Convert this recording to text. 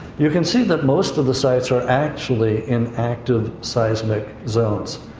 you can see that most of the sites are actually in active seismic zones.